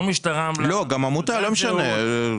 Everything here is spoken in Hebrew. לא גם עמותה לא משנה,